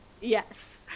Yes